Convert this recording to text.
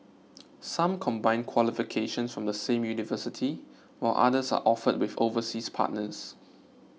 some combine qualifications from the same university while others are offered with overseas partners